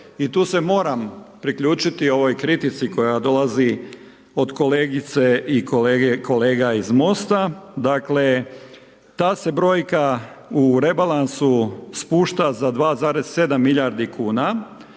i tu se moram priključiti ovoj kritici koja dolazi od kolegice i kolega iz MOST-a, dakle ta se brojka u rebalansu spušta za 2,7 milijardi kuna,